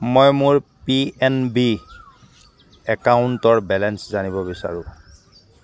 মই মোৰ P N B একাউণ্টৰ বেলেঞ্চ জানিব বিচাৰোঁ